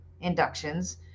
Inductions